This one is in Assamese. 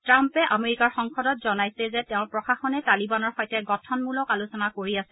ট্ৰাম্পে আমেৰিকাৰ সংসদত জনাই যে তেওঁৰ প্ৰশাসনে তালিবানৰ সৈতে গঠনমূলক আলোচনা কৰি আছে